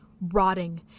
rotting